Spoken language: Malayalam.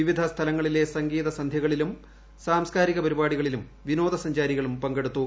വിവിധ സ്ഥലങ്ങളിലെ സംഗീത സന്ധ്യകളിലും സാംസ്കാരിക പരിപാടികളിലും വിനോദസഞ്ചാരികളും പങ്കെടുത്തു